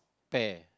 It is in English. pear